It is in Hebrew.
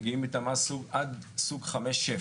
מגיעים עד לסוג 5 שף.